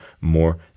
more